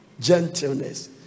Gentleness